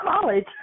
college